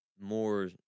more